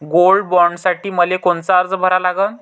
Gold बॉण्डसाठी मले कोनचा अर्ज भरा लागन?